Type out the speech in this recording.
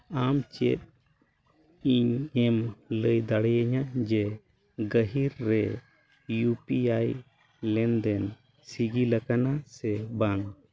ᱟᱢ ᱪᱮᱫ ᱤᱧᱮᱢ ᱞᱟᱹᱭ ᱫᱟᱲᱮᱭᱟᱹᱧᱟ ᱡᱮ ᱜᱟᱹᱦᱤᱨ ᱨᱮ ᱤᱭᱩ ᱯᱤ ᱟᱭ ᱞᱮᱱᱫᱮᱱ ᱥᱤᱜᱤᱞᱟᱠᱟᱱ ᱥᱮ ᱵᱟᱝ